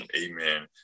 amen